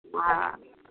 हँ